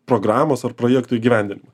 programos ar projektų įgyvendinimą